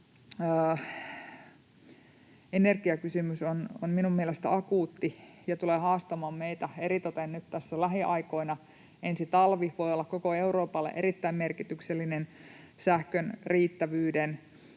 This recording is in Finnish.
energiakysymys on minun mielestäni akuutti ja tulee haastamaan meitä eritoten nyt tässä lähiaikoina. Ensi talvi voi olla koko Euroopalle erittäin merkityksellinen sähkön riittävyyden